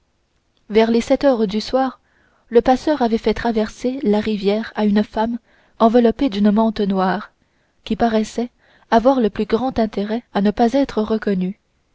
vers les sept heures du soir le passeur avait fait traverser la rivière à une femme enveloppée d'une mante noire qui paraissait avoir le plus grand intérêt à ne pas être reconnue